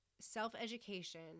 Self-education